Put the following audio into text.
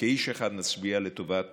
כאיש אחד נצביע לטובת